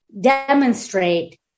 demonstrate